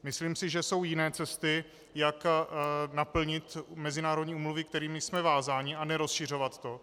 Myslím si, že jsou jiné cesty, jak naplnit mezinárodní úmluvy, kterými jsme vázáni, a nerozšiřovat to.